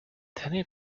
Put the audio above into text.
danny